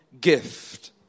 gift